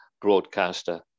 broadcaster